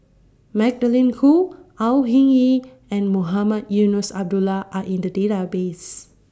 Magdalene Khoo Au Hing Yee and Mohamed Eunos Abdullah Are in The Database